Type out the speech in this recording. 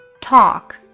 talk